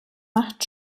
macht